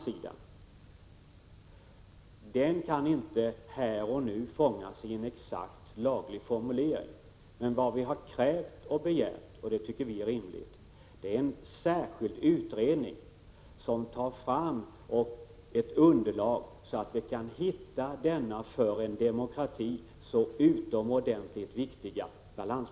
Den avvägningen kan inte här och nu fångas i en exakt laglig formulering, men vi har krävt — och det tycker vi är rimligt — att en särskild utredning tar fram ett underlag, som gör det möjligt att åstadkomma denna för en demokrati så utomordentligt viktiga balans.